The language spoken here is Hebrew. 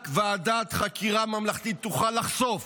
רק ועדת חקירה ממלכתית תוכל לחשוף,